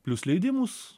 plius leidimus